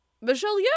Michelle